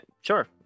sure